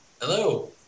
Hello